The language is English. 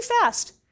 fast